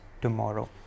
tomorrow